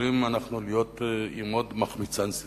עלולים אנחנו להיות עם עוד מחמיצן סדרתי.